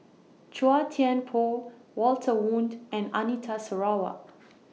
Chua Thian Poh Walter Woon and Anita Sarawak